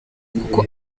kuko